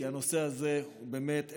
כי הנושא הזה הוא באמת אנושי,